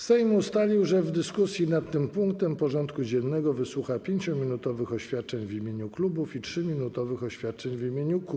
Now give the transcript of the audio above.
Sejm ustalił, że w dyskusji nad tym punktem porządku dziennego wysłucha 5-minutowych oświadczeń w imieniu klubów i 3-minutowych oświadczeń w imieniu kół.